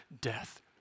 death